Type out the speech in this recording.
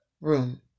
room